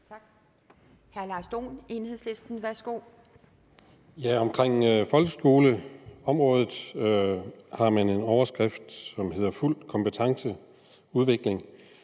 Tak. Hr. Lars Dohn, Enhedslisten, værsgo. Kl. 13:03 Lars Dohn (EL): På folkeskoleområdet har man en overskrift, som hedder: Fuld kompetenceudvikling,